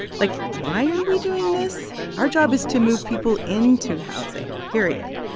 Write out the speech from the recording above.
like, why are we doing this? our job is to move people into housing, period.